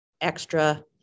extra